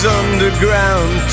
underground